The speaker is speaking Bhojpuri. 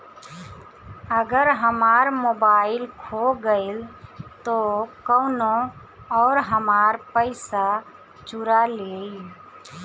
अगर हमार मोबइल खो गईल तो कौनो और हमार पइसा चुरा लेइ?